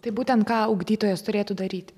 tai būtent ką ugdytojas turėtų daryti